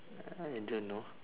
I don't know